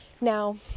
Now